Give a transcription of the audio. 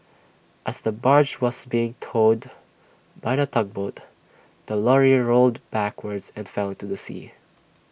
as the barge was being towed by A tugboat the lorry rolled backward and fell into the sea